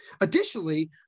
Additionally